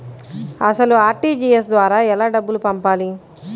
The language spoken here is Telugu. అసలు అర్.టీ.జీ.ఎస్ ద్వారా ఎలా డబ్బులు పంపాలి?